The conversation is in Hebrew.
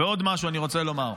ועוד משהו אני רוצה לומר.